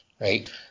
right